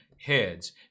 heads